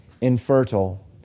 infertile